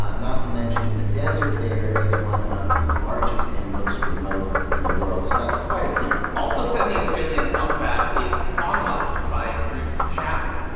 not to mention the desert there is one of the largest and most remote in the world. so that's quite a feat. also set in the australian outback is songlines by bruce chatwin.